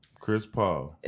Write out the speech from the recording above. chris paul.